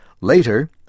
Later